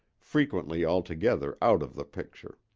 frequently altogether out of the picture.